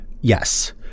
Yes